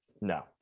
No